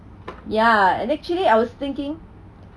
ya and actually I was thinking